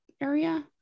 area